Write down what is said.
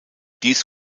dies